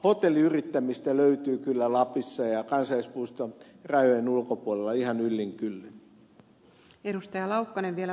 hotelliyrittämistä löytyy kyllä lapissa ja kansallispuiston rajojen ulkopuolella ihan yllin kyllin